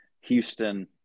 Houston